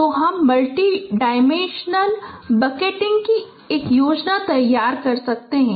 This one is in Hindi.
तो हम मल्टीडायमेंशनल बकेटिंग की एक योजना तैयार कर सकते हैं